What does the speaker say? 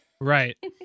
Right